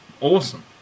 awesome